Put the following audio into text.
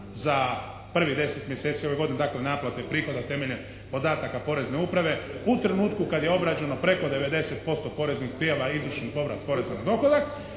za prvih 10 mjeseci ove godine, dakle naplate prihoda temeljem podataka porezne uprave. U trenutku kad je obrađeno preko 90% poreznih prijava izvršen povrat poreza na dohodak.